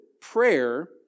prayer